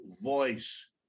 voice